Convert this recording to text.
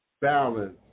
balance